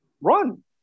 run